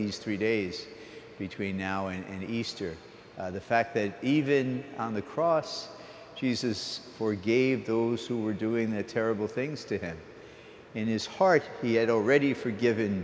these three days between now and easter the fact that even on the cross jesus for gave those who were doing the terrible things to him in his heart he had already forgiven